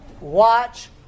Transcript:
Watch